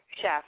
chef